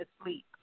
asleep